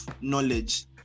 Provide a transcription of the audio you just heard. knowledge